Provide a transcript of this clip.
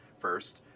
first